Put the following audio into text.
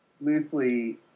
loosely